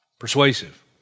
persuasive